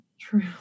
true